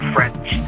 French